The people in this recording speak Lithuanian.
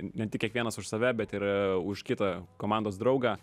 ne tik kiekvienas už save bet ir už kitą komandos draugą